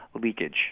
leakage